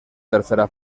tercera